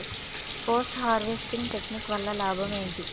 Post harvesting technique వల్ల లాభం ఏంటి?